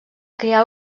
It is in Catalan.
crear